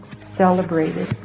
celebrated